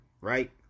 right